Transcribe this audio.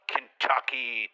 Kentucky